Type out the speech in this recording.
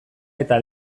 eta